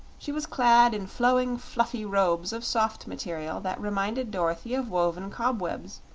she was clad in flowing, fluffy robes of soft material that reminded dorothy of woven cobwebs,